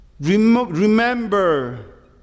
Remember